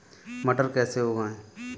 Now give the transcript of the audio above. मटर कैसे उगाएं?